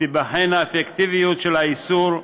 תיבחן האפקטיביות של האיסור,